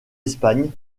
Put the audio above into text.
espagne